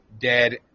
dead